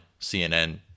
CNN